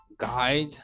guide